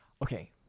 Okay